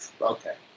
Okay